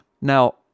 Now